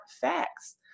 facts